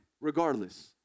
regardless